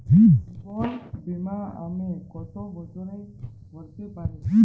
জীবন বীমা আমি কতো বছরের করতে পারি?